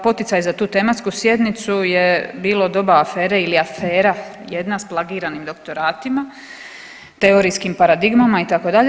Poticaj za tu tematsku sjednicu je bilo doba afere ili afera jedna sa plagiranim doktoratima, teorijskim paradigmama itd.